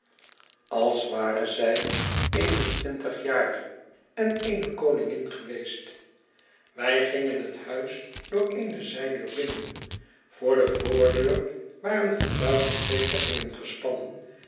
als ware jufvrouw havisham zij een en twintig jaar en eene koningin geweest wij gingen het huis door eene zijdeur binnen voor de voordeur waren van buiten twee kettingen gespannen